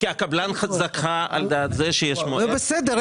כי הקבלן זכה על דעת זה שיש --- בסדר,